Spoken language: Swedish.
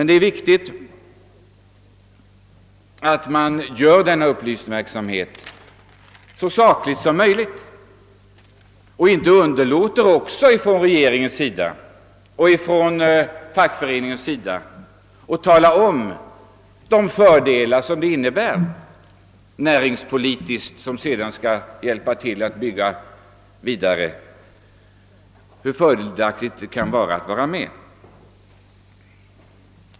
Det är av betydelse att denna upplysningsverksamhet bedrives så sakligt som möjligt. Regeringen och fackföreningarna får inte underlåta att tala om vilka fördelar vi kan ha näringspolitiskt av att vara med i EEC.